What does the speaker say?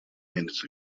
minutes